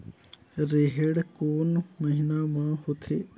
रेहेण कोन महीना म होथे?